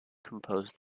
compose